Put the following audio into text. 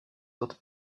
autres